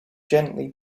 gently